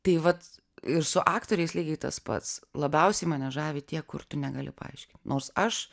tai vat ir su aktoriais lygiai tas pats labiausiai mane žavi tie kur tu negali paaiškint nors aš